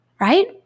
right